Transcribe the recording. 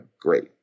Great